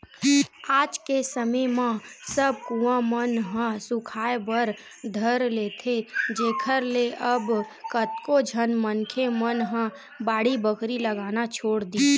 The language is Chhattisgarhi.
आज के समे म सब कुँआ मन ह सुखाय बर धर लेथे जेखर ले अब कतको झन मनखे मन ह बाड़ी बखरी लगाना छोड़ दिस